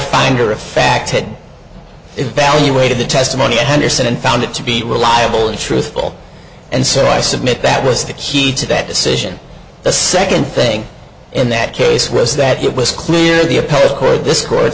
finder of fact had evaluated the testimony anderson and found it to be reliable and truthful and so i submit that was the key to that decision the second thing in that case was that it was clear the appellate court this court